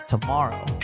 tomorrow